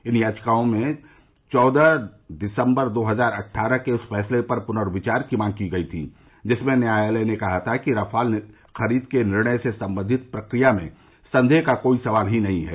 इन याचिकाओं में चौदह दिसम्बर दो हजार अट्ठारह के उस फैसले पर प्नर्विचार की मांग की गई थी जिसमें न्यायालय ने कहा था कि रफाल खरीद के निर्णय से संबंधित प्रक्रिया में संदेह का कोई सवाल ही नहीं है